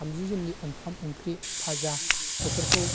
थामजि जोननि ओंखाम ओंख्रि भाजा बेफोरखौ